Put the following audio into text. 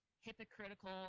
hypocritical